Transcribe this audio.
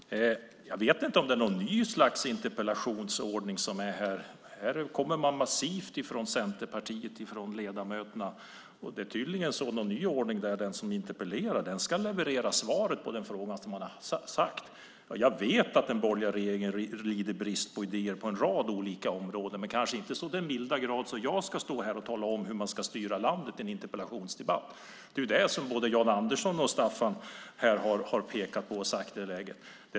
Fru talman! Jag vet inte om det nu är något slags ny interpellationsordning som kommer från Centerpartiets ledamöter. Tydligen är det någon ny ordning där den som interpellerar också ska leverera svaret på den fråga han eller hon ställt. Jag vet att den borgerliga regeringen på en rad olika områden lider brist på idéer men kanske inte så till den milda grad att jag i en interpellationsdebatt ska stå här och tala om hur de ska styra landet. Både Jan Andersson och Staffan har pekat på det.